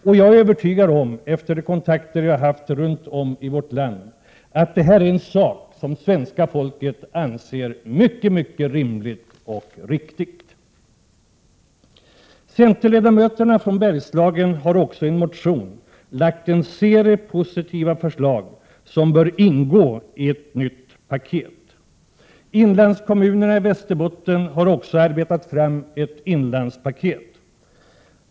Efter de kontakter som förevarit med människor runt om i vårt land är jag övertygad om att det här är någonting som svenska folket anser vara mycket mycket rimligt och riktigt. Vidare har centerledamöterna från Bergslagen i en motion lagt fram en serie positiva förslag som bör ingå i ett nytt paket. Inlandskommunerna i Västerbotten har också arbetat fram ett inlandspaket.